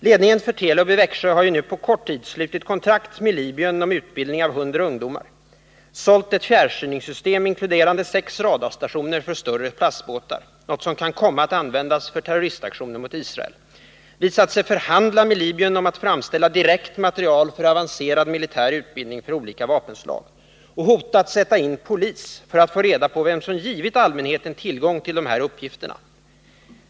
Ledningen för Telub i Växjö har nu på kort tid slutit kontrakt med Libyen om utbildning av 100 ungdomar, sålt ett fjärrstyrningssystem inkluderande sex radarstationer för större plastbåtar som kan komma att användas för terroristaktioner mot Israel, visat sig förhandla med Libyen om att framställa materiel för avancerad militär utbildning för olika vapenslag och hotat sätta in polis för att få reda på vem som givit allmänheten tillgång till de här uppgifterna.